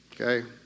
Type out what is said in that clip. okay